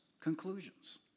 conclusions